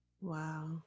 wow